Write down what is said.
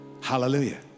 Hallelujah